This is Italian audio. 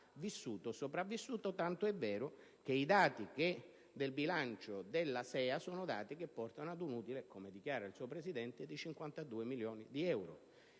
vissuto ed è sopravvissuta, tanto è vero che i dati del bilancio della SEA fanno registrare un utile - come dichiara il suo Presidente - di 52 milioni di euro.